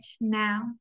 now